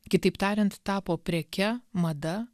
kitaip tariant tapo preke mada